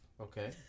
Okay